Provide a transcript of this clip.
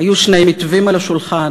היו שני מתווים על השולחן: